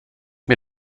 mir